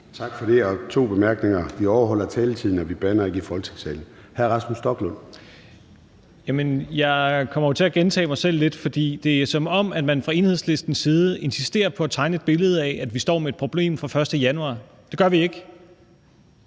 Tak for det. Jeg har to bemærkninger: Vi overholder taletiden, og vi bander ikke i Folketingssalen. Hr. Rasmus Stoklund. Kl. 13:41 Rasmus Stoklund (S): Jeg kommer til at gentage mig selv lidt, for det er, som om man fra Enhedslistens side insisterer på at tegne et billede af, at vi står med et problem fra den 1. januar. Det gør vi ikke.